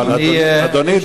אדוני,